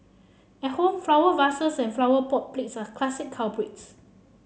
at home flower vases and flower pot plates are classic culprits